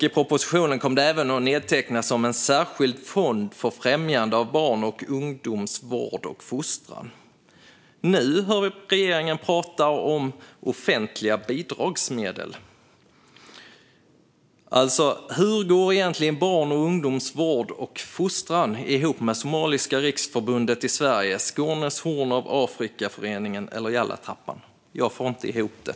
I propositionen kom det även att nedtecknas som en särskild fond för främjande av barns och ungdoms vård och fostran. Nu hör vi regeringen prata om offentliga bidragsmedel. Hur går egentligen barn och ungdomsvård och fostran ihop med Somaliska riksförbundet i Sverige, Skånes Horn av Afrika-föreningen eller Yalla Trappan? Jag får inte ihop det.